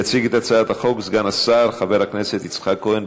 יציג את הצעת החוק סגן השר חבר הכנסת יצחק כהן.